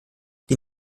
die